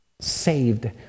Saved